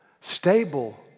stable